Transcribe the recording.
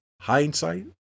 hindsight